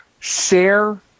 Share